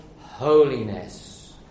holiness